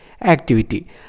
activity